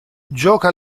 gioca